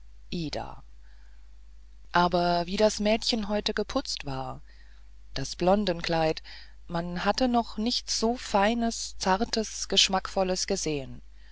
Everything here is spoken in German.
majestät ida aber wie das mädchen heute geputzt war das blondenkleid man hatte noch nichts so feines zartes geschmackvolles gesehen